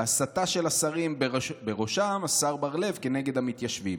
והסתה של השרים ובראשם השר בר לב כנגד המתיישבים"